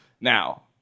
Now